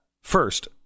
First